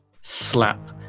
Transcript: slap